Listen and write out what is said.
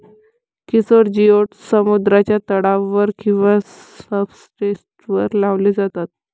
किशोर जिओड्स समुद्राच्या तळावर किंवा सब्सट्रेटवर लावले जातात